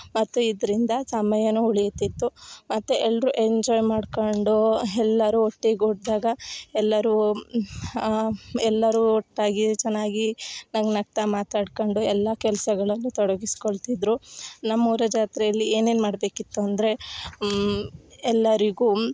ಮತ್ತು ಇದರಿಂದ ಸಮಯ ಉಳಿತಿತ್ತು ಮತ್ತು ಎಲ್ಲರು ಎಂಜಾಯ್ ಮಾಡ್ಕೊಂಡು ಎಲ್ಲಾರು ಒಟ್ಟಿಗೂಡ್ದಾಗ ಎಲ್ಲರು ಎಲ್ಲರು ಒಟ್ಟಾಗಿ ಚೆನ್ನಾಗಿ ನಗು ನಗ್ತಾ ಮಾತಾಡ್ಕೊಂಡು ಎಲ್ಲ ಕೆಲಸಗಳನ್ನು ತೊಡಗಿಸಿಕೊಳ್ತಿದ್ರು ನಮ್ಮೂರ ಜಾತ್ರೆಯಲ್ಲಿ ಏನೇನು ಮಾಡಬೇಕಿತ್ತು ಅಂದರೆ ಎಲ್ಲರಿಗು